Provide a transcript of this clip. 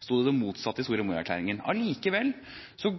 sto det det motsatte i Soria Moria-erklæringen. Likevel